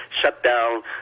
shutdown